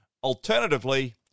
Alternatively